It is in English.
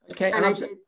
okay